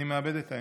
אני מאבד את האמון.